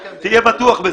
תהיה בטוח בזה.